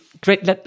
Great